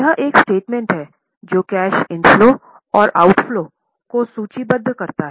यह एक स्टेटमेंट है जो कैश इन फलो और ऑउटफ्लो को सूचीबद्ध करता है